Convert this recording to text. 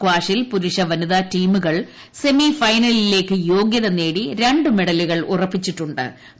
സ്കാഷിൽ പുരുഷ വനിതാ ടീമുകൾ സെമീഫൈനലിലേക്ക് യോഗ്യത നേടി ര മെഡലുകൾ ഉറപ്പിച്ചിട്ടു ്